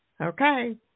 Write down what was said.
Okay